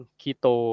keto